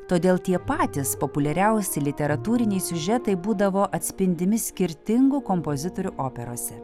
todėl tie patys populiariausi literatūriniai siužetai būdavo atspindimi skirtingų kompozitorių operose